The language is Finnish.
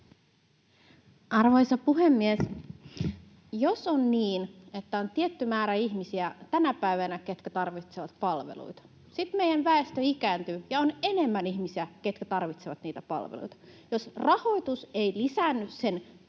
Arvoisa puhemies! Jos on niin, että tänä päivänä on tietty määrä ihmisiä, ketkä tarvitsevat palveluita, ja sitten meidän väestö ikääntyy ja on enemmän ihmisiä, ketkä tarvitsevat niitä palveluita, niin jos rahoitus ei lisäänny sen